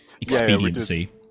expediency